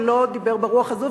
שלא דיבר ברוח הזאת,